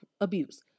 abuse